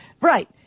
Right